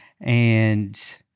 and-